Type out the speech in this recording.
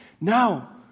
Now